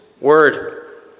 Word